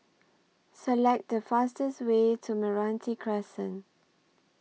Select The fastest Way to Meranti Crescent